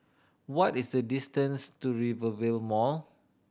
what is the distance to Rivervale Mall